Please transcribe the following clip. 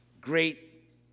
great